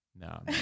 no